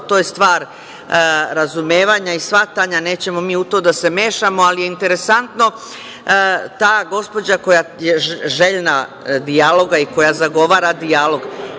to je stvar razumevanja i shvatanja, nećemo mi u to da se mešamo. Ali interesantno je, ta gospođa koja je željna dijaloga i koja zagovara dijalog,